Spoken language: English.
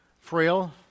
frail